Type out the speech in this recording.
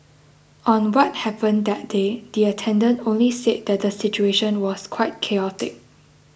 on what happened that day the attendant only said that the situation was quite chaotic